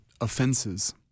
offenses